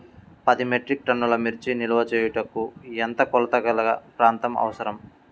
పది మెట్రిక్ టన్నుల మిర్చి నిల్వ చేయుటకు ఎంత కోలతగల ప్రాంతం అవసరం?